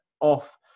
off